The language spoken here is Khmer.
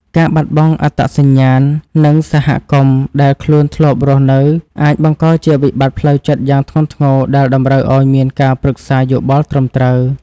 ការបាត់បង់អត្តសញ្ញាណ និងសហគមន៍ដែលខ្លួនធ្លាប់រស់នៅអាចបង្កជាវិបត្តិផ្លូវចិត្តយ៉ាងធ្ងន់ធ្ងរដែលតម្រូវឱ្យមានការប្រឹក្សាយោបល់ត្រឹមត្រូវ។